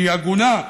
שהיא הגונה,